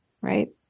right